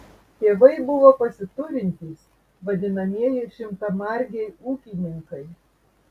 tėvai buvo pasiturintys vadinamieji šimtamargiai ūkininkai